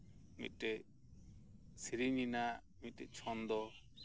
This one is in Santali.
ᱢᱤᱫᱴᱮᱱ ᱥᱮᱨᱮᱧ ᱨᱮᱱᱟᱜ ᱢᱤᱫᱴᱮᱱ ᱪᱷᱚᱱᱫᱚ